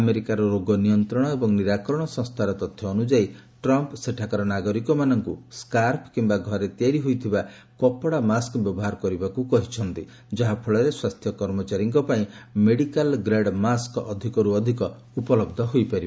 ଆମେରିକାର ରୋଗ ନିୟନ୍ତ୍ରଣ ଏବଂ ନିରାକରଣ ସଂସ୍ଥାର ତଥ୍ୟ ଅନୁଯାୟୀ ଟ୍ରମ୍ପ୍ ସେଠାକାର ନାଗରିକମାନଙ୍କୁ ସ୍କାର୍ଫ କିମ୍ବା ଘରେ ତିଆରି ହୋଇଥିବା କପଡ଼ା ମାସ୍କ ବ୍ୟବହାର କରିବାକୁ କହିଛନ୍ତି ଯାହାଫଳରେ ସ୍ୱାସ୍ଥ୍ୟ କର୍ମଚାରୀଙ୍କ ପାଇଁ ମେଡିକାଲ୍ ଗ୍ରେଡ୍ ମାସ୍କ ଅଧିକରୁ ଅଧିକ ଉପଲହ୍ଧ ହୋଇପାରିବ